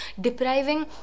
depriving